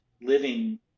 living